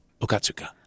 Okatsuka